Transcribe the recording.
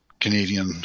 Canadian